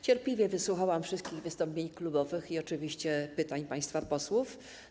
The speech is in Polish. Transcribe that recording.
Cierpliwie wysłuchałam wszystkich wystąpień klubowych i oczywiście pytań państwa posłów.